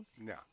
No